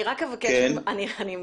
בעיקרון אין לנו הרבה מה להוסיף.